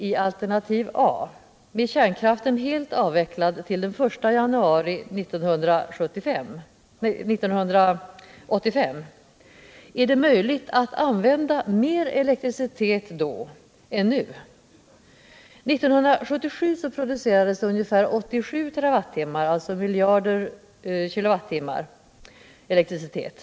i alternativ A med kärnkraften helt avvecklad till den 1 januari 1985 är det möjligt att använda mer elektricitet då än nu. 1977 producerades ungefär 87 TWh, dvs. 87 miljarder kilowattimmar elektricitet.